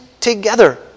together